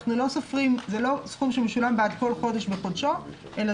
זה לא סכום שמשולם בעד כל חודש בחודשו אלא